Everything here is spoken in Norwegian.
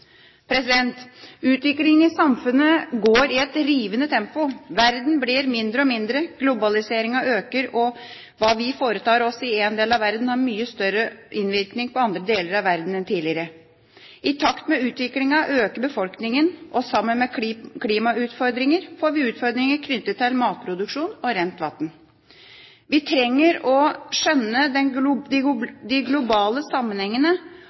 i samfunnet går i et rivende tempo. Verden blir mindre og mindre, globaliseringen øker, og hva vi foretar oss i én del av verden, har mye større innvirkning på andre deler av verden enn tidligere. I takt med utviklingen øker befolkningen, og sammen med klimautfordringer får vi utfordringer knyttet til matproduksjon og rent vann. Vi trenger å skjønne de globale sammenhengene.